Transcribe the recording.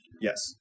Yes